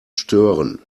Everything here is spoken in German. stören